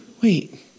Wait